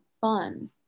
fun